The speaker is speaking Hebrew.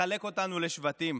לחלק אותנו לשבטים.